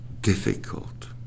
difficult